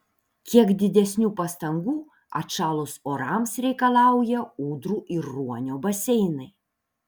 kiek didesnių pastangų atšalus orams reikalauja ūdrų ir ruonio baseinai